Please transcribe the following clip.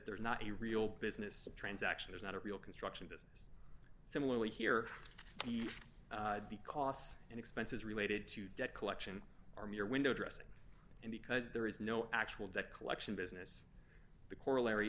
they're not a real business transaction is not a real construction business similarly here the costs and expenses related to debt collection are mere window dressing and because there is no actual debt collection business the corollary